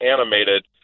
animated